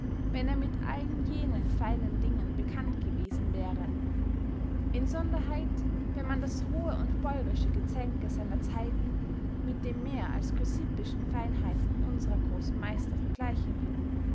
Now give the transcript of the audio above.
wenn er mit allen jenen feinen dingen bekannt gewesen wäre insonderheit wenn man das rohe und bäurische gezänke seiner zeiten mit den mehr als chrysippischen feinheiten unsrer grossen meister vergleichen will